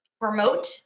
remote